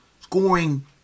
scoring